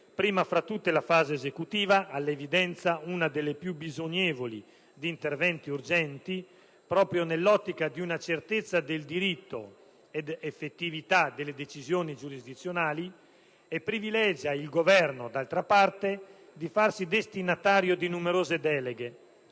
prima fra tutte la fase esecutiva, all'evidenza una delle più bisognevoli di interventi urgenti proprio nell'ottica di una certezza del diritto ed effettività delle decisioni giurisdizionali; inoltre, il Governo privilegia, per altro verso, di farsi destinatario di numerose deleghe.